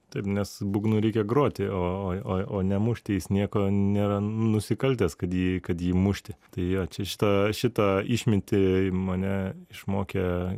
taip nes būgnu reikia groti o oj o o nemušti jis nieko nėra nusikaltęs kad jį kad jį mušti tai jo čia šitą šitą išmintį mane išmokė